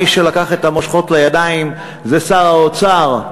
מי שלקח את המושכות לידיים זה שר האוצר,